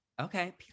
okay